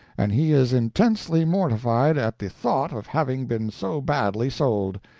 and he is intensely mortified at the thought of having been so badly sold.